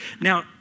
Now